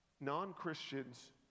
non-Christians